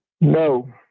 No